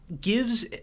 gives